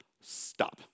stop